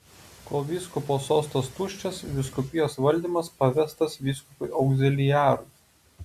kol vyskupo sostas tuščias vyskupijos valdymas pavestas vyskupui augziliarui